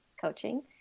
coaching